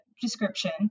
description